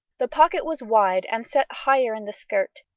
the pocket was wide and set higher in the skirt,